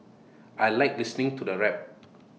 I Like listening to the rap